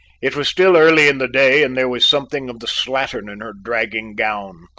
it was still early in the day and there was something of the slattern in her dragging gown.